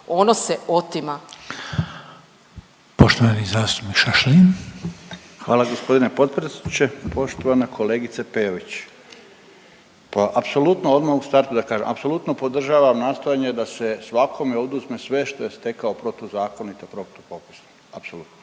Šašlin. **Šašlin, Stipan (HDZ)** Hvala g. potpredsjedniče. Poštovana kolegice Peović, pa apsolutno odma u startu da kažem, apsolutno podržavam nastojanje da se svakome oduzme sve što je stekao protuzakonito, protu…, apsolutno.